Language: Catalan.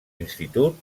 institut